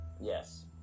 Yes